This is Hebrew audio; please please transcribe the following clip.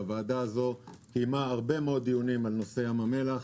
הוועדה הזאת קיימה הרבה מאוד דיונים בנושא ים המלח,